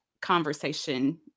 conversation